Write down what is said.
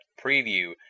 preview